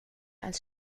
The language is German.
als